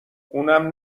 اونم